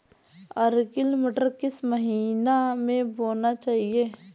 Arkel मटर किस महीना में बोना चाहिए?